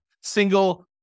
single